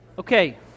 Okay